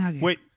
Wait